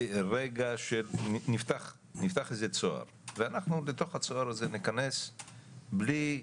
רגע שנפתח איזה צוהר ואנחנו בתוך הצוהר הזה ניכנס בלי,